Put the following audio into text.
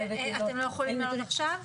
אתם לא יכולים להראות עכשיו?